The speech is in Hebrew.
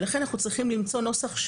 ולכן אנחנו צריכים למצוא נוסח,